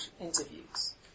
interviews